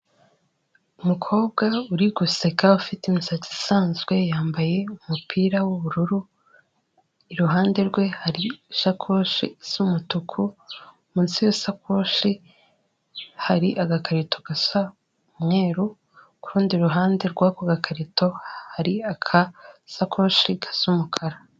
Umukobwa uri guseka ufite imisatsi isanzwe yambaye umupira w'ubururu, iruhande rwe hari ishakoshi isa umutuku, munsi y'iyo sakoshi hari agakarito gasa umweru ku rundi ruhande rw'ako gakarito hari akasakoshi gasa umukara.